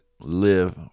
live